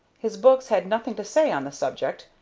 his books had nothing to say on the subject,